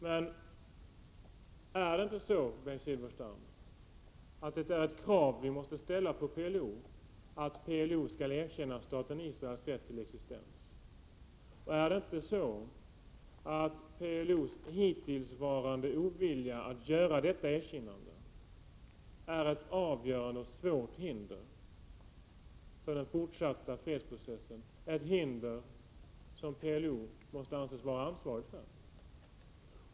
Men måste vi inte, Bengt Silfverstrand, kräva av PLO att man erkänner staten Israels existens? Är inte PLO:s hittillsvarande ovilja att göra detta ett svårt och avgörande hinder för den fortsatta fredsprocessen, ett hinder som PLO måste anses vara ansvarig för?